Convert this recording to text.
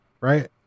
Right